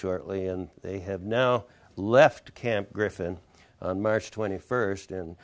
shortly and they have now left camp griffin on march twenty first